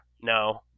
no